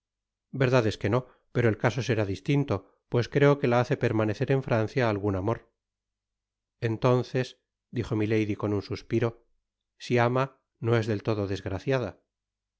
verdad es que a pero el caso será distinto pues creo que la hace permanecer en francia algun amor entonces dijo milady con nn suspiro si ama no es del todo desgraciada